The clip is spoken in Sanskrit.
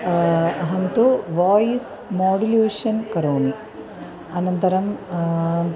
अहं तु वोय्स् मोडुलेशन् करोमि अनन्तरं